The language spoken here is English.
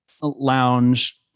lounge